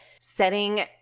setting